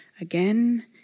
again